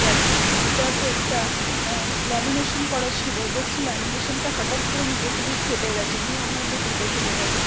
ব্যাগটাতে একটা ল্যামিনেশান করা ছিলো দেখছি ল্যামিনেশনটা হঠাৎ করে নিজে থেকেই ফেটে গেছে নিয়ে ওর মধ্যে ধুলো ঢুকে গেছে